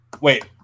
Wait